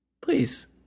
Please